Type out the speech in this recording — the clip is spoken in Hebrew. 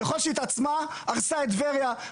ככל שהיא התעצמה הרסה את טבריה,